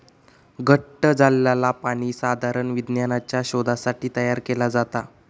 घट्ट झालंला पाणी साधारण विज्ञानाच्या शोधासाठी तयार केला जाता